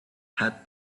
had